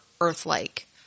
Earth-like